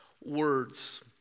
words